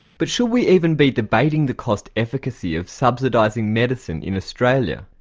but should we even be debating the cost efficacy of subsidising medicine in australia?